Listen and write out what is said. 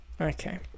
Okay